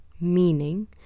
meaning